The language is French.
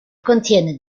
contiennent